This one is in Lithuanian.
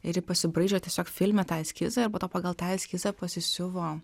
ir ji pasibraižė tiesiog filme tą eskizą ir po to pagal tą eskizą pasisiuvo